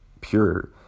pure